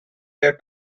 their